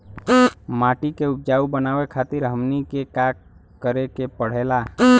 माटी के उपजाऊ बनावे खातिर हमनी के का करें के पढ़ेला?